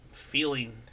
Feeling